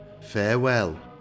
farewell